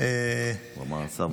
הוא אמר השר.